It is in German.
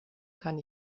kann